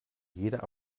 jeder